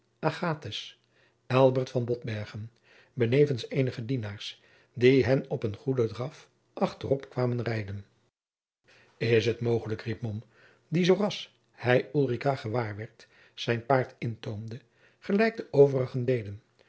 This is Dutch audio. benevens eenige dienaars die hen op een goeden draf achter op kwamen rijden is t mogelijk riep mom die zooras hij ulrica gewaar werd zijn paard intoomde gelijk de overigen deden